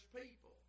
people